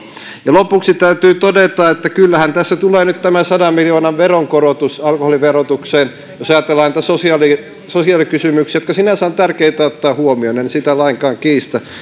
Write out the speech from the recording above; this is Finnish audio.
lopuksi täytyy todeta että kyllähän tässä tulee nyt tämä sadan miljoonan veronkorotus alkoholiverotukseen jos ajatellaan näitä sosiaalikysymyksiä jotka sinänsä ovat tärkeitä ottaa huomioon en sitä lainkaan kiistä